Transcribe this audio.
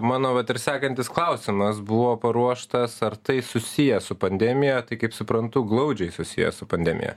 manau vat ir sekantis klausimas buvo paruoštas ar tai susiję su pandemija tai kaip suprantu glaudžiai susiję su pandemija